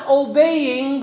obeying